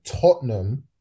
Tottenham